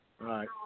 right